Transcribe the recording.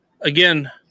Again